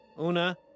Una